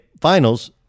Finals